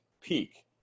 Peak